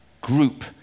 group